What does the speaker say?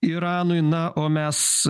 iranui na o mes